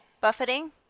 Buffeting